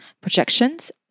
projections